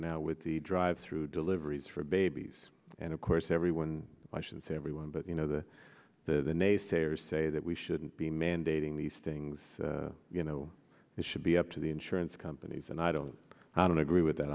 now with the drive through deliveries for babies and of course everyone i should say everyone but you know the naysayers say that we shouldn't be mandating these things you know it should be up to the insurance companies and i don't i don't agree with that